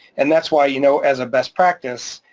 and that's why you know as a best practice,